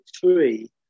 three